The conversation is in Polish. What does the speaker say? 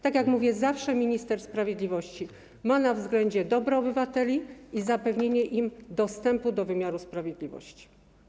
Tak jak mówię, zawsze minister sprawiedliwości ma na względzie dobro obywateli i zapewnienie im dostępu do wymiaru sprawiedliwości.